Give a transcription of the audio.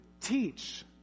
teach